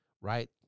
right